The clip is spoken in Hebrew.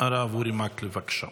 הרב אורי מקלב, בבקשה.